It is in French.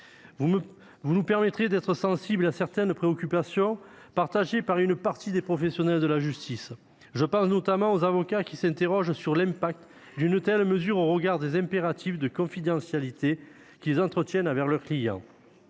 Vous nous permettrez néanmoins d'être sensibles à certaines préoccupations partagées par une partie des professionnels de la justice. Je pense notamment aux avocats, qui s'interrogent sur l'impact d'une telle mesure au regard des impératifs de confidentialité qu'ils entretiennent avec leurs clients.